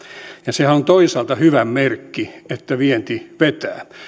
sehän on toisaalta hyvä merkki että vienti vetää